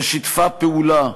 ששיתפה פעולה,